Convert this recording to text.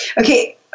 Okay